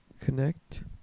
connect